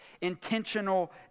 intentional